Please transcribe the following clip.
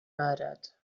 murdered